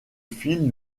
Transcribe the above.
fil